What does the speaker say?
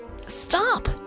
Stop